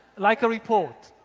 like a report.